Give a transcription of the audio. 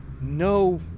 no